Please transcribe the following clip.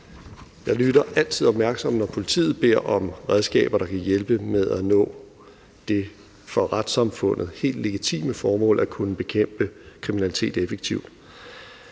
Jeg lytter altid opmærksomt, når politiet beder om redskaber, der kan hjælpe dem med at nå det for retssamfundet helt legitime mål, nemlig at kunne bekæmpe kriminalitet effektivt.